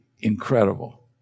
incredible